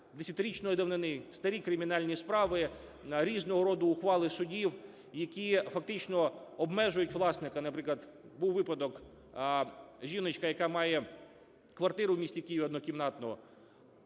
десятирічної давнини, старі кримінальні справи, різного року ухвали суддів, які фактично обмежують власника, наприклад, був випадок: жіночка, яка має квартиру в місті Києві однокімнатну,